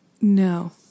No